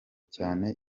cyane